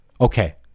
okay